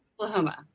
Oklahoma